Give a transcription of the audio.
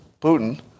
Putin